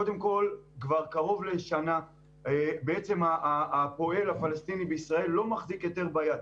קודם כל כבר קרוב לשנה בעצם הפועל הפלסטיני בישראל לא מחזיק היתר ביד,